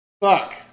Fuck